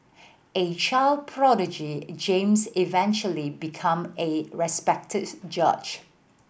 a child prodigy James eventually become a respected judge